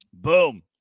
Boom